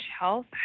health